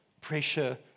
pressure